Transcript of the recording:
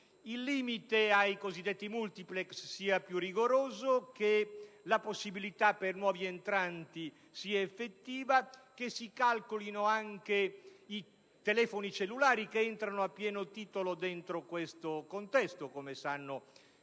il limite ai cosiddetti *multiplex* sia più rigoroso e che la possibilità per i nuovi entranti sia effettiva, che si calcolino anche i telefoni cellulari che entrano a pieno titolo dentro questo contesto, come sanno i più